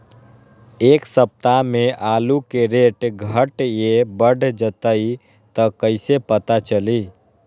एक सप्ताह मे आलू के रेट घट ये बढ़ जतई त कईसे पता चली?